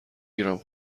گیرم